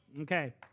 Okay